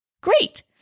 Great